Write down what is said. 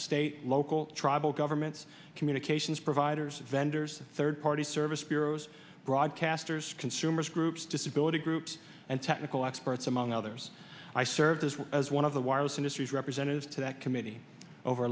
state local tribal governments communications providers vendors third party service bureaus broadcasters consumers groups disability groups and technical experts among others i served as well as one of the wireless industry's representatives to that committee over